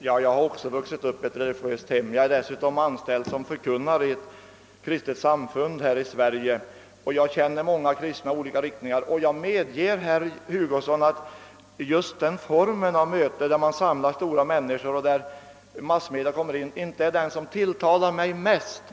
Herr talman! Även jag har vuxit upp i ett religiöst hem. Dessutom är jag anställd som förkunnare i ett kristet samfund här i Sverige och jag känner många kristna tillhörande olika riktningar. Jag medger, herr Hugosson, att just den formen av möten där man samlar stora människomassor och där massmedia kommer in inte är den som tilltalar mig mest.